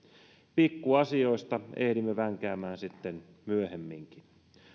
pikkuasioista ehdimme vänkäämään sitten myöhemminkin